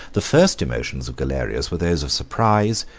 the first emotions of galerius were those of surprise,